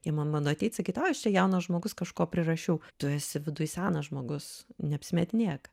jie man bando ateit sakyk oi aš čia jaunas žmogus kažko prirašiau tu esi viduj senas žmogus neapsimetinėk